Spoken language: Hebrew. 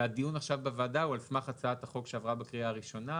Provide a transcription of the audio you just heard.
והדיון עכשיו בוועדה הוא על סמך הצעת החוק שעברה בקריאה הראשונה.